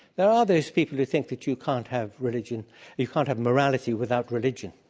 there ah those people who think that you can't have religion you can't have morality without religion,